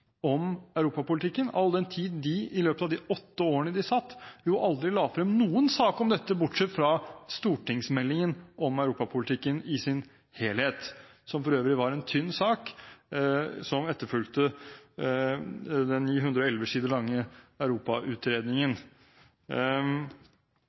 om europapolitikken, all den tid de i løpet av de åtte årene de satt, aldri la frem noen sak om dette, bortsett fra stortingsmeldingen om europapolitikken i sin helhet, som for øvrig var en tynn sak, som etterfulgte den 911 sider lange Europautredningen.